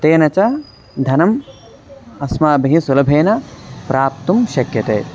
तेन च धनम् अस्माभिः सुलभेन प्राप्तुं शक्यते